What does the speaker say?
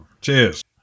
Cheers